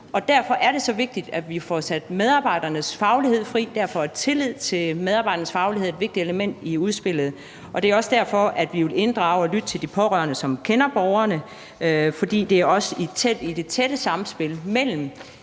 Derfor er det så vigtigt, at vi får sat medarbejdernes faglighed fri, og det er derfor, at tillid til medarbejdernes faglighed er et vigtigt element i udspillet. Og det er også derfor, at vi vil inddrage og lytte til de pårørende, som kender borgerne, for det tætte samspil mellem